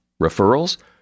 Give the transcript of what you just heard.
Referrals